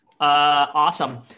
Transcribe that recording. awesome